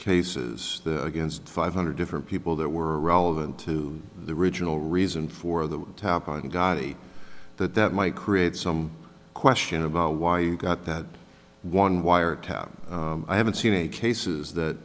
cases against five hundred different people that were relevant to the original reason for the top on goddy that might create some question about why you got that one wiretap i haven't seen any cases that